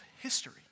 history